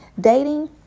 dating